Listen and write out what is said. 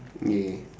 ya